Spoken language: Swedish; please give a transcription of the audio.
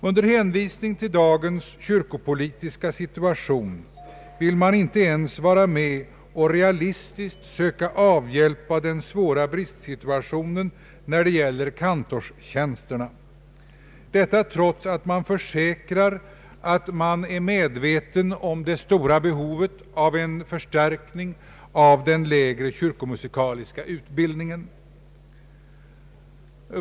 Under hänvisning till dagens kyrkopolitiska situation vill man inte ens vara med om att realistiskt söka avhjälpa den svåra bristsituationen när det gäller kantorstjänsterna, detta trots att man försäkrar att man är medveten om det stora behovet av en förstärkning av den lägre kyrkomusikaliska utbildningen.